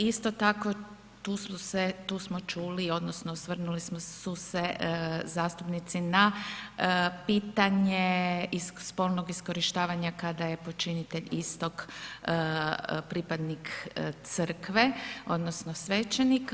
Isto tako tu su se, tu smo čuli odnosno osvrnuli su se zastupnici na pitanje iz spolnog iskorištavanja kada je počinitelj istog pripadnik crkve odnosno svećenik.